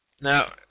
Now